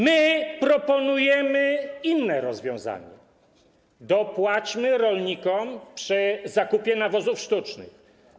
My proponujemy inne rozwiązanie: dopłaćmy rolnikom przy zakupie nawozów sztucznych.